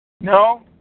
No